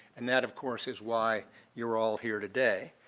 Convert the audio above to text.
and that, of course, is why you are all here today.